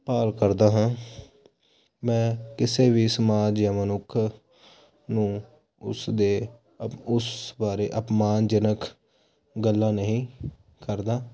ਭਾਲ ਕਰਦਾ ਹਾਂ ਮੈਂ ਕਿਸੇ ਵੀ ਸਮਾਜ ਜਾਂ ਮਨੁੱਖ ਨੂੰ ਉਸ ਦੇ ਅਪ ਉਸ ਬਾਰੇ ਅਪਮਾਨਜਨਕ ਗੱਲਾਂ ਨਹੀਂ ਕਰਦਾ